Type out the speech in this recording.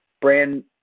brand